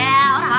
out